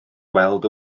weld